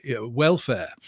welfare